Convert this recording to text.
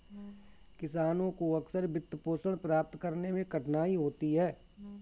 किसानों को अक्सर वित्तपोषण प्राप्त करने में कठिनाई होती है